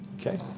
Okay